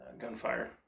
gunfire